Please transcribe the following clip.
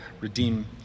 redeem